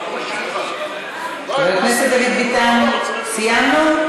חבר הכנסת דוד ביטן, סיימנו?